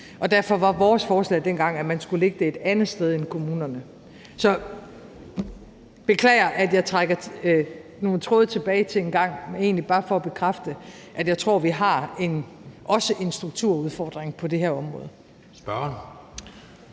Derfor var vores forslag dengang, at man skulle lægge det et andet sted end i kommunerne. Så jeg beklager, at jeg trækker nogle tråde tilbage til dengang, men det er egentlig bare for at bekræfte, at jeg tror, at vi også har en strukturudfordring på det her område.